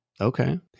Okay